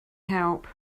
help